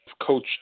Coach